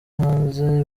hanze